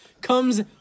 comes